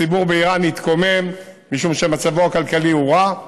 הציבור באיראן יתקומם, משום שמצבו הכלכלי הוא רע.